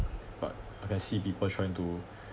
but like I see people trying to